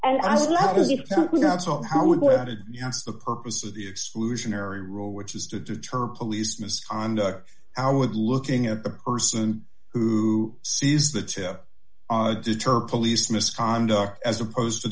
out so how would you know the purpose of the exclusionary rule which is to deter police misconduct i was looking at the person who sees the to deter police misconduct as opposed to